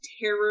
terror